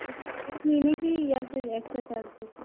इस इस महीने कि या फिर एक्स्ट्रा चार्ज के